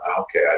okay